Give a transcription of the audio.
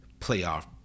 playoff